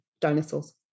Dinosaurs